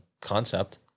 concept